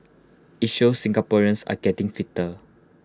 IT shows Singaporeans are getting fitter